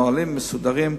נהלים מסודרים,